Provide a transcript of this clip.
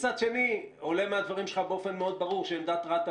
ומצד שני עולה מהדברים שלך באופן ברור מאוד שעמדת רת"א